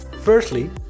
Firstly